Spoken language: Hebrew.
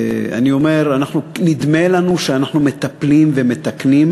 אני אומר, נדמה לנו שאנחנו מטפלים ומתקנים,